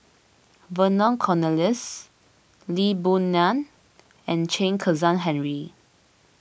Vernon Cornelius Lee Boon Ngan and Chen Kezhan Henri